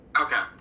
Okay